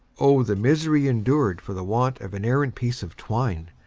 o the misery endured for the want of an errant piece of twine,